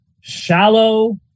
shallow